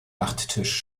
nachttisch